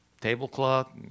tablecloth